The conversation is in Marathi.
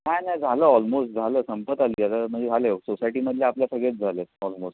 नाही नाही झालं ऑलमोस् झालं संपत आली आता म्हणजे झालं सोसायटीमधले आपलं सगळेच झालं आहे ऑलमोस्